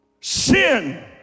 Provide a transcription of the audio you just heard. Sin